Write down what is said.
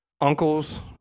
uncles